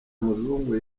muzungu